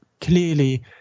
clearly